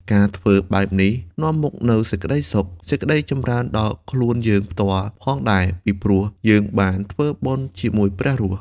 ការធ្វើបែបនេះនាំមកនូវសេចក្តីសុខ សេចក្តីចម្រើនដល់ខ្លួនយើងផ្ទាល់ផងដែរ ពីព្រោះយើងបានធ្វើបុណ្យជាមួយព្រះរស់។